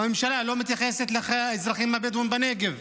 הממשלה לא מתייחסת לאזרחים הבדואים בנגב,